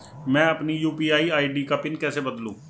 मैं अपनी UPI ID का पिन कैसे बदलूं?